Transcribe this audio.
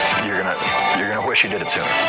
you're gonna you're gonna wish you did it sooner.